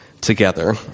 Together